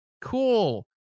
cool